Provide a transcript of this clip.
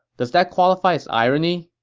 does that qualify as irony?